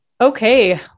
Okay